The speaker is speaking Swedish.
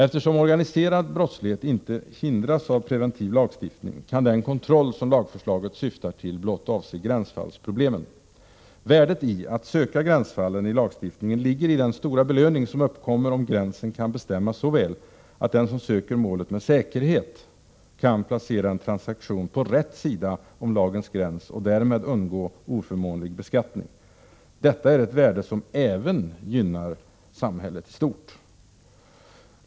Eftersom organiserad brottslighet inte hindras av preventiv lagstiftning, kan den kontroll som lagförslaget syftar till blott avse gränsfallsproblemen. Värdet i att söka gränsfallen i lagstiftningen ligger i den stora belöning som uppkommer om gränsen kan bestämmas så väl, att den som söker målet med säkerhet kan placera en transaktion på rätt sida om lagens gräns och därmed undgå oförmånlig beskattning. Detta är ett värde som även gynnar samhället i stort.